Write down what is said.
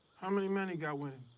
how many men he got with